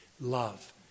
love